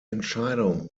entscheidung